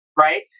right